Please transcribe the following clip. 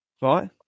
right